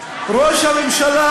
ראש הממשלה,